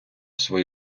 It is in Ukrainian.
свої